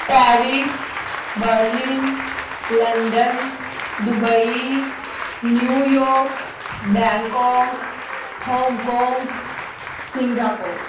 Paris Berlin London Dubai New York Bangkok Hong Kong Singapore